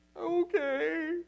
Okay